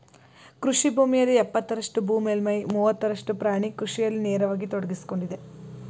ಕೃಷಿ ಭೂಮಿಯಲ್ಲಿ ಎಪ್ಪತ್ತರಷ್ಟು ಭೂ ಮೇಲ್ಮೈಯ ಮೂವತ್ತರಷ್ಟು ಪ್ರಾಣಿ ಕೃಷಿಯಲ್ಲಿ ನೇರವಾಗಿ ತೊಡಗ್ಸಿಕೊಂಡಿದೆ